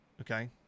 Okay